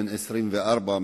בן 24,